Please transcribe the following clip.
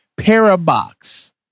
Parabox